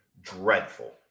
Dreadful